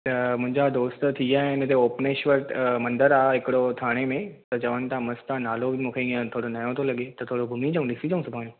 त मुंहिंजा दोस्त थी आया आहिनि इते ओप्नेश्वर मंदरु आहे हिकिड़ो थाणे में चवनि था मस्तु आहे मूंखे नालो बि नओं थो लॻे त थोड़ो घुमीं अचूं ॾिसी अचूं